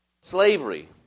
slavery